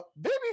baby